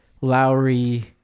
Lowry